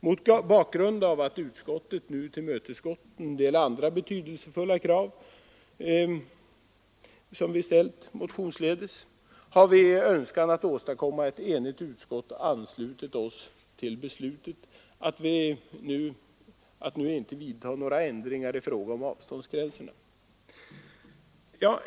Mot bakgrund av att utskottet nu tillmötesgått en del andra betydelsefulla krav som vi ställt motionsledes har vi i önskan att åstadkomma ett enigt utskott anslutit oss till förslaget att inte nu vidta några ändringar i fråga om avståndsgränserna.